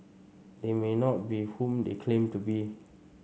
they may not be whom they claim to be